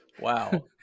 Wow